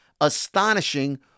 astonishing